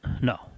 no